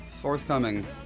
forthcoming